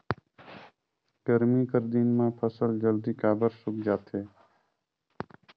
गरमी कर दिन म फसल जल्दी काबर सूख जाथे?